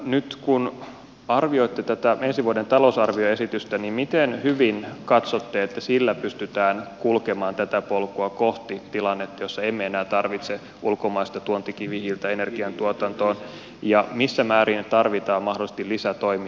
nyt kun arvioitte tätä ensi vuoden talousarvioesitystä niin miten hyvin katsotte että sillä pystytään kulkemaan tätä polkua kohti tilannetta jossa emme enää tarvitse ulkomaista tuontikivihiiltä energiantuotantoon ja missä määrin tarvitaan mahdollisesti lisätoimia